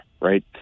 right